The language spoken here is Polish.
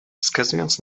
wskazując